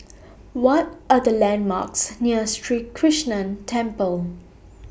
What Are The landmarks near Krishnan Temple